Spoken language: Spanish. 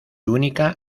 única